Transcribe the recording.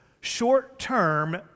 short-term